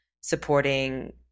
supporting